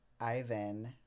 Ivan